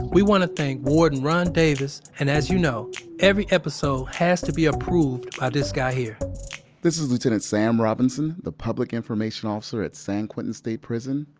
we want to thank warden ron davis. and as you know every episode has to be approved by this guy here this is lieutenant sam robinson, the public information officer at san quentin state prison.